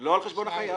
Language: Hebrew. לא על חשבון החייב.